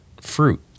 Fruit